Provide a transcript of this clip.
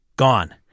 gone